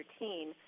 routine